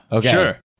Sure